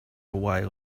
away